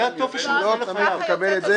לא תמיד הוא לא מקבל את זה.